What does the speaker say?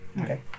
Okay